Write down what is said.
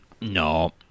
no